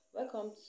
Welcome